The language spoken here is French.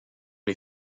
les